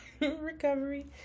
recovery